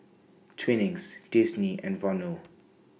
Twinings Disney and Vono